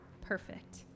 Perfect